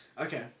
Okay